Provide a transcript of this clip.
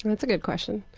that's a good question.